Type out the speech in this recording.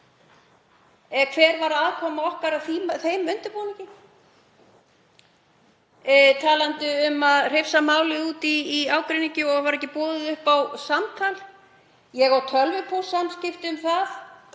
Hver var aðkoma okkar að þeim undirbúningi? Talandi um að hrifsa málið út úr nefnd í ágreiningi og vera ekki boðið upp á samtal þá á ég tölvupóstssamskipti um það